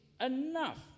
Enough